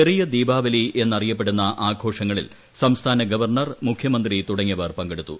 ചെറിയ ദീപാവലി എന്നറിയപ്പെടുന്ന ആഘോഷങ്ങളിൽ സംസ്ഥാന ഗവർണർ മുഖ്യമന്ത്രി തുടങ്ങിയവർ പങ്കെടുത്തു